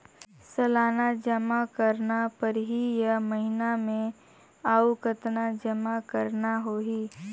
सालाना जमा करना परही या महीना मे और कतना जमा करना होहि?